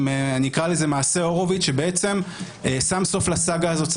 אני אקרא לזה מעשה הורוביץ שבעצם שם סוף לסאגה הזאת,